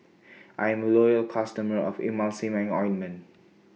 I'm Loyal customer of Emulsying Ointment